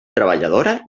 treballadora